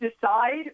decide